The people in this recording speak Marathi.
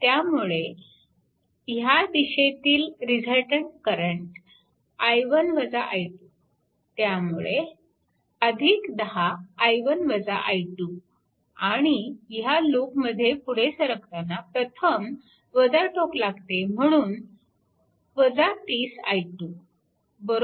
त्यामुळे ह्या दिशेतील रिझलटन्ट करंट त्यामुळे 10 आणि ह्या लूप मध्ये पुढे सरकताना प्रथम टोक लागते म्हणून 30 i2 0